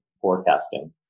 forecasting